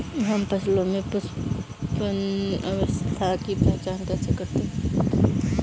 हम फसलों में पुष्पन अवस्था की पहचान कैसे करते हैं?